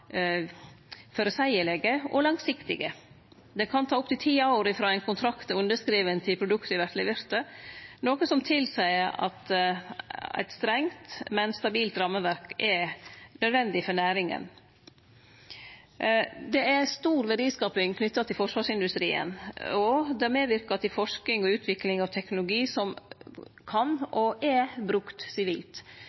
føreseielege og langsiktige. Det kan ta opp til ti år frå ein kontrakt er underskriven, til produkta vert leverte, noko som tilseier at eit strengt, men stabilt rammeverk er nødvendig for næringa. Det er stor verdiskaping knytt til forsvarsindustrien, og det medverkar til forsking og utvikling av teknologi som kan